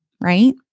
right